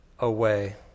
away